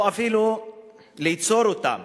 או אפילו ליצור אותן,